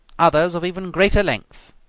others of even greater length.